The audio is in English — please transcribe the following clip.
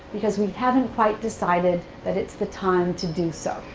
because we haven't quite decided that it's the time to do so.